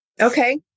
Okay